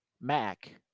Mac